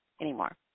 anymore